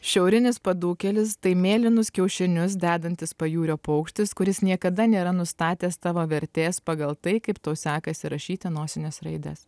šiaurinis padūkėlis tai mėlynus kiaušinius dedantis pajūrio paukštis kuris niekada nėra nustatęs tavo vertės pagal tai kaip tau sekasi rašyti nosines raides